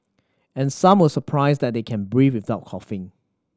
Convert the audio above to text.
and some were surprised that they can breathe without coughing